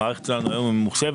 המערכת שלנו היום ממוחשבת,